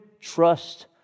Trust